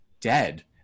dead